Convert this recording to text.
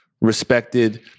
respected